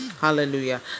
hallelujah